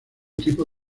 tipo